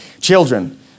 Children